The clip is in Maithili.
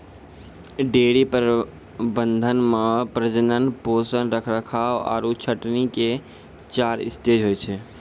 डेयरी प्रबंधन मॅ प्रजनन, पोषण, रखरखाव आरो छंटनी के चार स्टेज होय छै